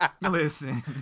Listen